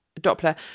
Doppler